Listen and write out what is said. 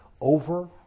over